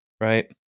right